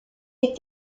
est